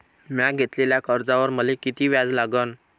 म्या घेतलेल्या कर्जावर मले किती व्याज लागन?